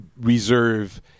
reserve